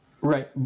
right